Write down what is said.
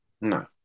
No